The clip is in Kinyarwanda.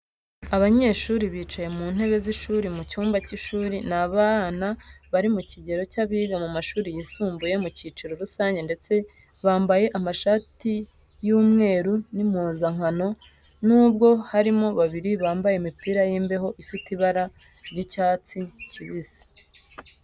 Abanyeshuri bicaye mu ntebe z'ishuri mu cyumba cy'ishuri ni abana bari mu kigero cy'abiga mu mashuri yisumbuye mu cyiciro rusange ndetse bambaye amashati y'umweru nk'impuzankano nubwo harimo babiri bambaye imipira y'imbeho ifite ibra ry'icyatsi kibisi.